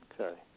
Okay